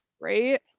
right